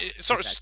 Sorry